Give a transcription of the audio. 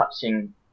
touching